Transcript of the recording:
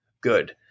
good